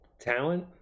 talent